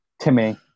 Timmy